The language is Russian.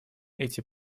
эти